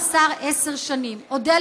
מאסר עשר שנים." תודה רבה.